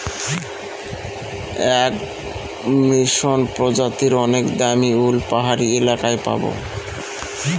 এক মসৃন প্রজাতির অনেক দামী উল পাহাড়ি এলাকায় পাবো